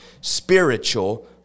spiritual